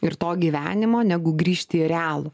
ir to gyvenimo negu grįžti į realų